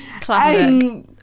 Classic